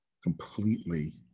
completely